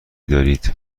دارید